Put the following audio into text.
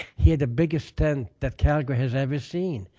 he had the biggest tent that calgary has ever seen,